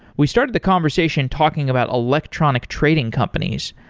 we started the conversation talking about electronic trading companies,